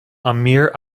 amir